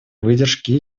выдержки